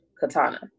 Katana